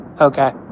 Okay